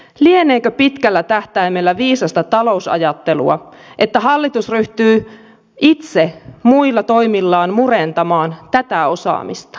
lieneekö pitkällä tähtäimellä viisasta talousajattelua että hallitus ryhtyy itse muilla toimillaan murentamaan tätä osaamista